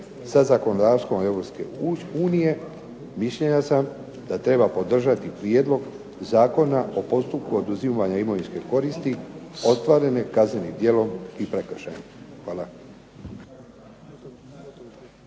sa zakonodavstvom Europske unije, mišljenja sam da treba podržati prijedlog Zakona o postupku oduzimanja imovinske koristi ostvarene kaznenim djelom i prekršajem. Hvala.